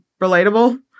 relatable